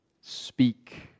speak